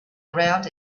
around